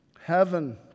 heaven